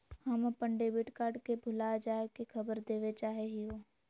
हम अप्पन debit card के भुला जाये के खबर देवे चाहे हियो